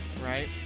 right